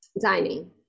dining